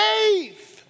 faith